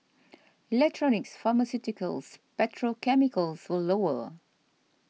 electronics pharmaceuticals petrochemicals were lower